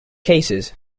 cases